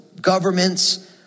governments